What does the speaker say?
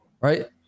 right